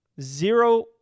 Zero